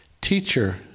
Teacher